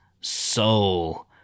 Soul